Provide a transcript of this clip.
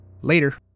Later